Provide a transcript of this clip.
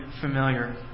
familiar